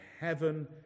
heaven